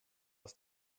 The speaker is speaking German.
aus